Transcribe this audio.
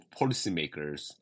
policymakers